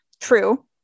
true